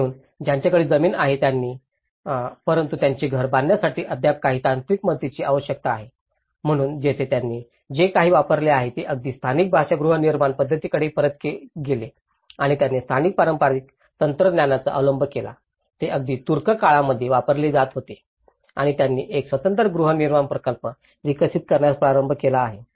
म्हणून ज्यांच्याकडे जमीन आहे परंतु त्यांचे घर बांधण्यासाठी अद्याप काही तांत्रिक मदतीची आवश्यकता आहे म्हणून येथे त्यांनी जे काही वापरले आहे ते अगदी स्थानिक भाषा गृहनिर्माण पद्धतीकडे परत गेले आणि त्यांनी स्थानिक पारंपारिक तंत्रज्ञानाचा अवलंब केला जे अगदी तुर्क काळामध्ये वापरले जात होते आणि त्यांनी एक स्वतंत्र गृहनिर्माण प्रकल्प विकसित करण्यास प्रारंभ केला आहे